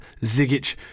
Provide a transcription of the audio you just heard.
Zigic